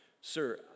Sir